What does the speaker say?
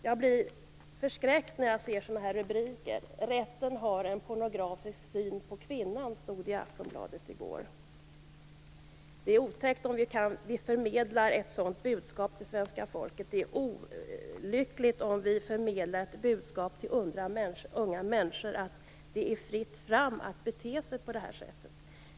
Jag blir förskräckt när jag ser sådana här rubriker: "Rätten har en pornografisk syn på kvinnan." Det stod i Aftonbladet i går. Det är otäckt om vi förmedlar ett sådant budskap till svenska folket. Det är olyckligt om vi förmedlar ett budskap till unga människor att det är fritt fram att bete sig på det här sättet.